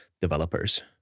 developers